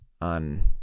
on